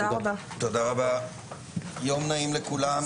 הישיבה ננעלה בשעה